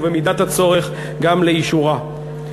ובמידת הצורך גם לאישורה.